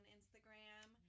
Instagram